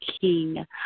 King